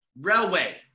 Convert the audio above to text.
Railway